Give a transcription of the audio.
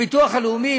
שהביטוח הלאומי,